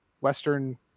western